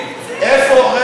עוד אין תקציב.